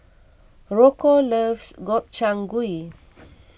Rocco loves Gobchang Gui